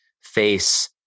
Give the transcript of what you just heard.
face